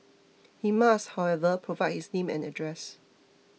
he must however provide his name and address